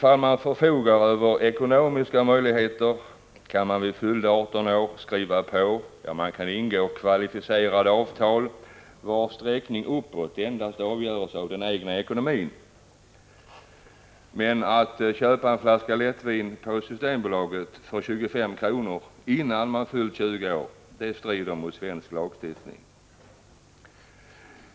Ifall man förfogar över ekonomiska möjligheter kan man vid fyllda 18 år skriva på och ingå kvalificerade avtal vilkas sträckning uppåt endast avgörs av den egna ekonomin. Men att köpa en flaska lättvin på Systembolaget för 25 kr. innan man fyllt 20 år strider mot svensk lagstiftning.